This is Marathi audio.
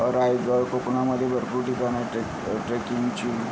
रायगड कोकणामध्ये भरपूर ठिकाणं आहेत ट्रे ट्रेकिंगची